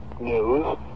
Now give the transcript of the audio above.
news